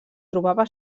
trobava